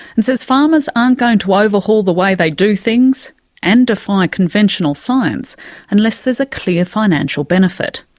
and says farmers aren't going to overhaul the way they do things and defy conventional science unless there's a clear financial benefit,